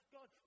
God